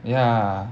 ya